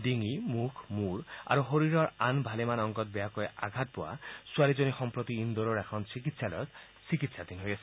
ডিঙি মুখ মূৰ আৰু শৰীৰৰ আন ভালেমান অংগত বেয়াকৈ আঘাতপ্ৰাপ্ত ছোৱালীজনী সম্প্ৰতি ইণ্ডোৰৰ এখন চিকিৎসালয়ত চিকিৎসাধীন হৈ আছে